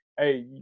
Hey